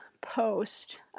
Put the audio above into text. post